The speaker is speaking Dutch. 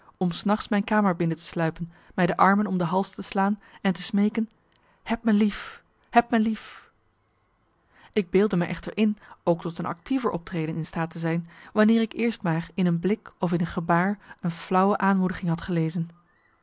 om s nachts mijn kamer binnen te sluipen mij de armen om de hals te slaan en te smeeken heb me lief heb me lief ik beeldde me echter in ook tot een actiever optreden in staat te zijn wanneer ik eerst maar in een blik of in een gebaar een flauwe aanmoediging had gelezen